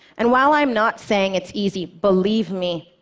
and while i am not saying it's easy believe me,